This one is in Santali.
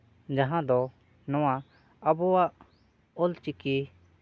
ᱡᱟᱦᱟᱸ ᱫᱚ ᱱᱚᱣᱟ ᱟᱵᱚᱣᱟᱜ ᱚᱞᱪᱤᱠᱤ